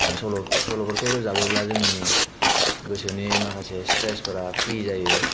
सल'फोरखौ रोजाबोब्ला जोंनि गोसोनि माखासे स्ट्रेसफोरा फ्रि जायो